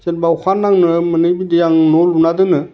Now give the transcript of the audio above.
जेनोबा अखा नांनो मोनै बिदि आङो न' लुना दोनो